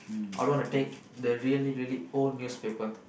I would want to take the really really old newspaper